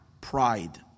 pride